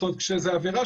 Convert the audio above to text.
מוקד 105 זה בריונות